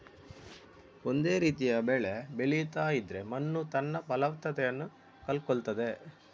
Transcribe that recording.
ಒಂದೇ ರೀತಿಯ ಬೆಳೆ ಬೆಳೀತಾ ಇದ್ರೆ ಮಣ್ಣು ತನ್ನ ಫಲವತ್ತತೆಯನ್ನ ಕಳ್ಕೊಳ್ತದೆ